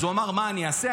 אז הוא אמר: מה אני אעשה?